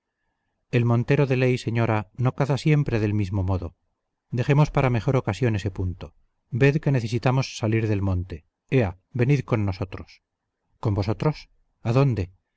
el montero de ley señora no caza siempre del mismo modo dejemos para mejor ocasión ese punto ved que necesitamos salir del monte ea venid con nosotros con vosotros adónde